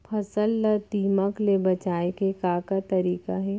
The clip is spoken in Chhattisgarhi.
फसल ला दीमक ले बचाये के का का तरीका हे?